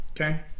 Okay